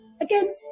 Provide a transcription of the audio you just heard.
Again